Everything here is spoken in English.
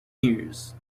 years